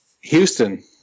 Houston